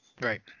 Right